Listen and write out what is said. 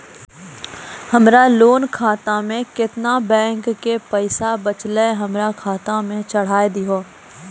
हमरा लोन खाता मे केतना बैंक के पैसा बचलै हमरा खाता मे चढ़ाय दिहो?